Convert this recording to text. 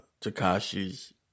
Takashi's